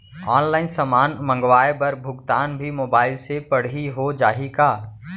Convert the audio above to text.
Online समान मंगवाय बर भुगतान भी मोबाइल से पड़ही हो जाही का?